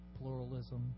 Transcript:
pluralism